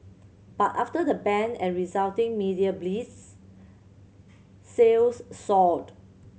but after the ban and resulting media blitz sales soared